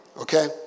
Okay